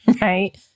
right